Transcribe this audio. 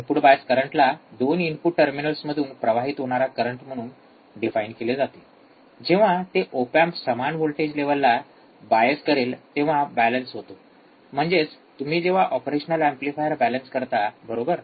input bias करंटला दोन input टर्मिनल्समधून प्रवाहित होणारा करंट म्हणून डिफाइन केले जाते जेव्हा ते ओप एम्प समान व्होल्टेज लेव्हलला बायस करेल तेव्हा बॅलन्स होतो म्हणजेच तुम्ही जेव्हा ऑपरेशनल एंपलिफायर बॅलन्स करता बरोबर